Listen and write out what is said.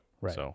Right